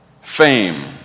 Fame